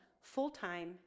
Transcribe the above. full-time